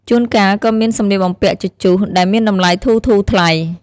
ជួនកាលក៏មានសម្លៀកបំពាក់ជជុះ ដែលមានតម្លៃធូរៗថ្លៃ។